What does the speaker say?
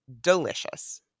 delicious